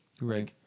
Right